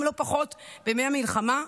לא פחות בימי המלחמה,